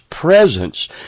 presence